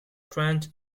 trench